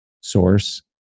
source